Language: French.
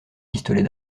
pistolets